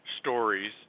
stories